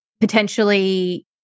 potentially